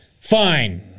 Fine